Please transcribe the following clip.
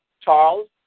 Charles